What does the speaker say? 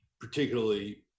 particularly